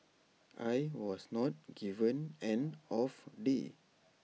I was not given an off day